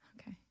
Okay